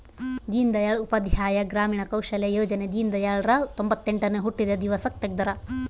ದೀನ್ ದಯಾಳ್ ಉಪಾಧ್ಯಾಯ ಗ್ರಾಮೀಣ ಕೌಶಲ್ಯ ಯೋಜನೆ ದೀನ್ದಯಾಳ್ ರ ತೊಂಬೊತ್ತೆಂಟನೇ ಹುಟ್ಟಿದ ದಿವ್ಸಕ್ ತೆಗ್ದರ